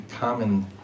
common